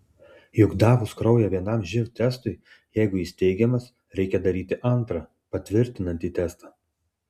juk davus kraują vienam živ testui jeigu jis teigiamas reikia daryti antrą patvirtinantį testą